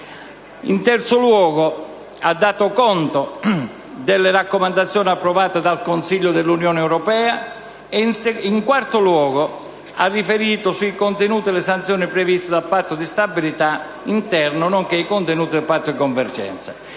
in terzo luogo, ha dato conto delle raccomandazioni approvate dal Consiglio dell'Unione europea; infine, ha riferito i contenuti e le sanzioni previste dal Patto di stabilità interno nonché i contenuti del Patto di convergenza.